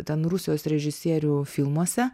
ten rusijos režisierių filmuose